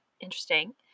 Interesting